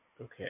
okay